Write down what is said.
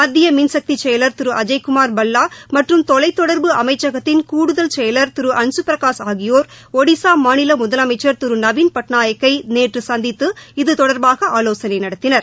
மத்திய மின்சக்தி செயலர் திரு அஜய்குமார் பல்லா மற்றும் தொலைத் தொடர்பு அமைச்சகத்தின் கூடுதல் செயலர் திரு அன்சூபிரகாஷ் ஆகியோர் ஒடிஸா மாநில முதலமைச்சர் திரு நவின் பட்நாயக்கை நேற்று சந்தித்து இது தொடர்பாக ஆலோசனை நடத்தினர்